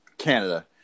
Canada